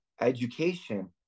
education